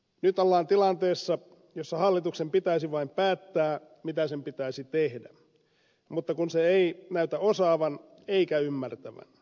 nyt ollaan tilanteessa jossa hallituksen pitäisi vain päättää mitä sen pitäisi tehdä mutta kun se ei näytä osaavan eikä ymmärtävän